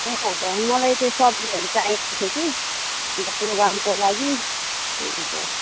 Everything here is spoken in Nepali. ए हजुर मलाई त्यो सब्जीहरू चाहिएको थियो कि प्रोग्रामको लागि हजुर